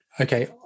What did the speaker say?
okay